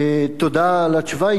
תודה על התשובה,